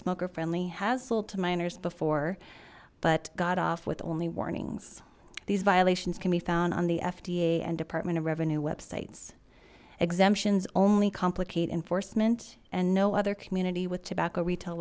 smoker friendly has sold to minors before but got off with only warnings these violations can be found on the fda and department of revenue websites exemptions only complicate enforcement and no other community with tobacco retail